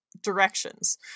directions